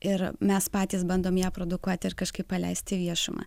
ir mes patys bandom ją produkuoti ir kažkaip paleisti į viešumą